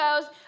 goes